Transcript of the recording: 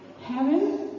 heaven